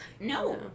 No